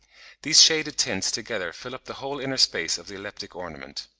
these shaded tints together fill up the whole inner space of the elliptic ornament.